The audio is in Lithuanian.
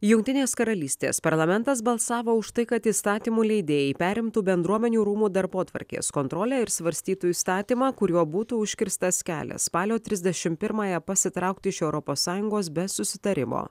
jungtinės karalystės parlamentas balsavo už tai kad įstatymų leidėjai perimtų bendruomenių rūmų darbotvarkės kontrolę ir svarstytų įstatymą kuriuo būtų užkirstas kelias spalio trisdešimt pirmąją pasitraukti iš europos sąjungos be susitarimo